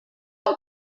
that